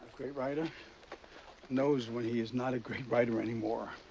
great writer knows when he is not a great writer anymore.